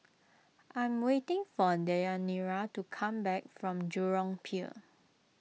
I am waiting for Deyanira to come back from Jurong Pier